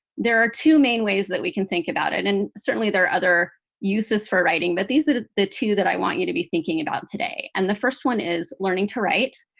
there are two main ways that we can think about it. and certainly there are other uses for writing. but these are the two that i want you to be thinking about today. and the first one is learning to write.